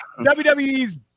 WWE's